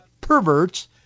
perverts